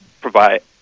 provide